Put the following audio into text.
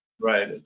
Right